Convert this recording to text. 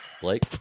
Blake